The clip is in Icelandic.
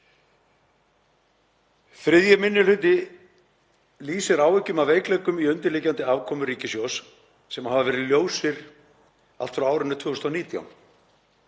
Þriðji minni hluti lýsir áhyggjum af veikleikum í undirliggjandi afkomu ríkissjóðs sem hafa verið ljósir frá árinu 2019.